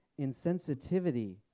insensitivity